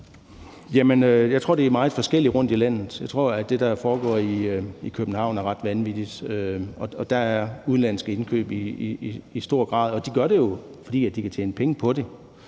Jeg tror, det er meget forskelligt rundt i landet. Jeg tror, at det, der foregår i København, er ret vanvittigt. Der er der udenlandske indkøb i stor grad, og de gør det jo, fordi de kan tjene penge på det.